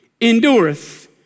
endureth